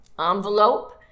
envelope